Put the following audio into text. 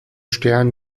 stern